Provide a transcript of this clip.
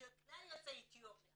שכלל יוצאי אתיופיה